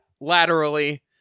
laterally